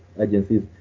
agencies